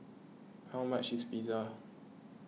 how much is Pizza